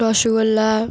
rasgulla